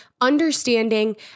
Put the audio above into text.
understanding